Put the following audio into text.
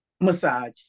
Massage